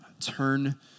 turn